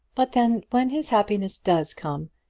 but then, when his happiness does come,